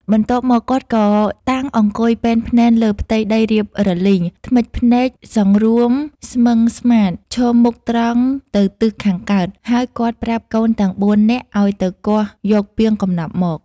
បន្ទាប់មក គាត់ក៏តាំងអង្គុយពែនភ្នែនលើផ្ទៃដីរាបរលីង ធ្មេចភ្នែកសង្រួមស្មឹងស្មាធិ៍ ឈមមុខត្រង់ទៅទិសខាងកើត ហើយគាត់ប្រាប់កូនទាំង៤នាក់ឱ្យទៅគាស់យកពាងកំណប់មក។